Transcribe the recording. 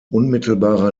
unmittelbarer